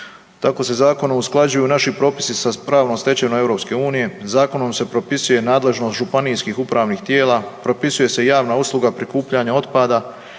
Tako se zakonom usklađuju naši propisi sa pravnom stečevinom EU, zakonom se propisuje nadležnost županijskih upravnih tijela, propisuje se javna usluga prikupljanja otpada,